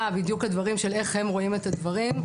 בדיוק הדברים של איך הם רואים את הדברים.